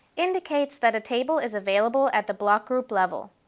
indicates that a table is available at the block group level.